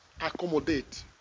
Accommodate